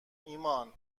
ایمان